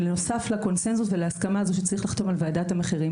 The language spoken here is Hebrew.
ובנוסף לקונצנזוס ולהסכמה הזו שצריך לחתום על ועדת המחירים,